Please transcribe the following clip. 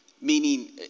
Meaning